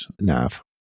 nav